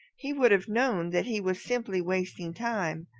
he would have known that he was simply wasting time.